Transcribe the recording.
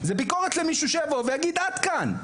זאת ביקורת למישהו שיבוא ויגיד 'עד כאן'.